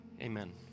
Amen